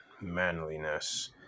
manliness